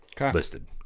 listed